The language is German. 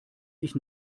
ich